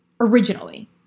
originally